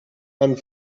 and